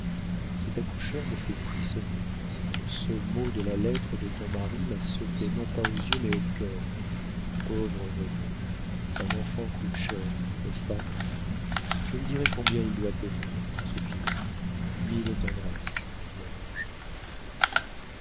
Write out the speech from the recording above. pas cet accoucheur me fait frissonner ce mot de la lettre de ton mari m'a sauté non pas aux yeux mais au cœur pauvre renée un enfant coûte cher n'est-ce pas je lui dirai combien il doit t'aimer ce filleul mille tendresses mon ange